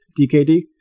DKD